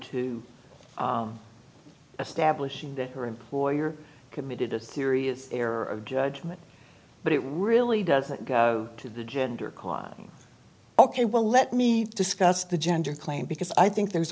to establishing her employer committed a serious error of judgement but it really doesn't go to the gender clause ok well let me discuss the gender claim because i think there